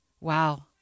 wow